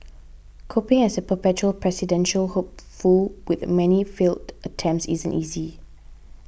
coping as a perpetual presidential hopeful with many failed attempts isn't easy